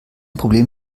problem